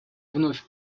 вновь